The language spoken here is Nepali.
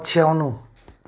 पछ्याउनु